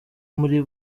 muri